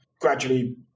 gradually